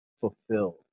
fulfilled